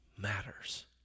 matters